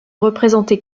représenter